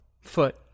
foot